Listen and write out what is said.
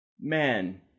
man